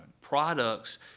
products